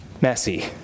messy